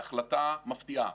בהחלטה מפתיעה.